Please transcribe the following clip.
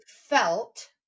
felt